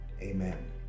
amen